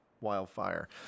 wildfire